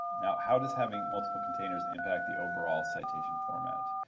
now how does having multiple containers impact the overall citation format?